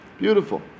Beautiful